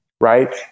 right